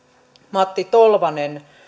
matti tolvanen